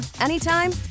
anytime